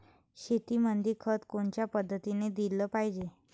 शेतीमंदी खत कोनच्या पद्धतीने देलं पाहिजे?